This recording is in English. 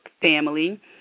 family